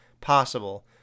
possible